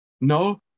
No